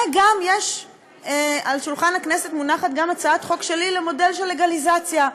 ועל שולחן הכנסת מונחת גם הצעת חוק שלי למודל של לגליזציה,